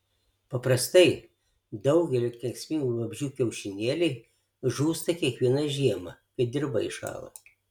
paprastai daugelio kenksmingų vabzdžių kiaušinėliai žūsta kiekvieną žiemą kai dirva įšąla